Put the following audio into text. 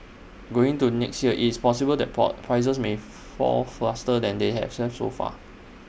going to next year IT is possible that prices may fall faster than they have some so far